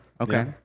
okay